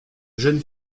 jeunes